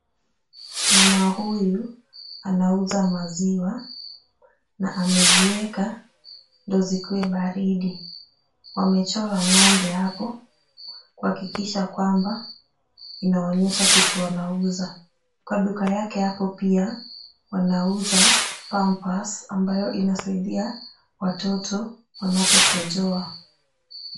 Mama huyu anauza maziwa na amezieka ndio zikue baridi, wamechora ng'ombe hapo kuhakikisha ya kwamba inaonyesha kitu wanauza, kwa duka yake apo pia wanauza pampers ambayo inasaidia watoto wanapokojoa.